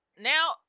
now